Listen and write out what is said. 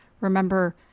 remember